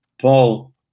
Paul